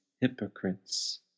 hypocrites